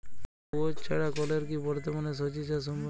কুয়োর ছাড়া কলের কি বর্তমানে শ্বজিচাষ সম্ভব?